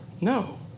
No